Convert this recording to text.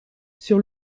sur